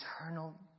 eternal